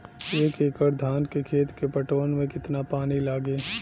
एक एकड़ धान के खेत के पटवन मे कितना पानी लागि?